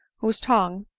whose tongue,